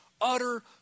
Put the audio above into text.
utter